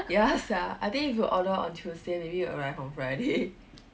ya sia I think if you order on tuesday maybe it'll arrive on friday